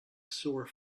sore